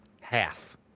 half